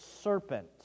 serpent